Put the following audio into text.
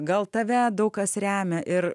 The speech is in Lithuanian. gal tave daug kas remia ir